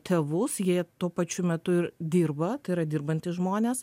tėvus jei tuo pačiu metu ir dirba tai yra dirbantys žmonės